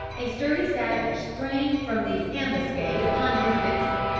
a sturdy savage sprang from the ambuscade upon his victim,